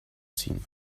ziehen